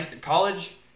college